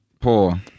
Poor